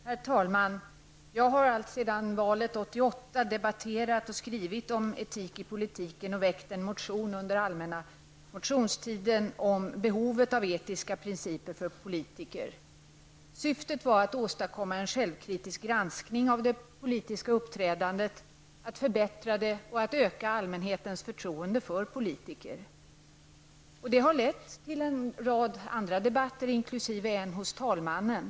Herr talman! Jag har alltsedan valet 1988 debatterat och skrivit om etik i politiken, och jag väckte under den allmänna motionstiden i år en motion om behovet av etiska principer för politiker. Syftet var att åstadkomma en självkritisk granskning av det politiska uppträdandet, att förbättra detta och öka allmänhetens förtroende för politiker. Detta har lett till en rad andra debatter, bl.a. en hos talmannen.